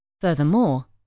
Furthermore